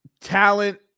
Talent